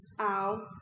ow